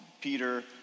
Peter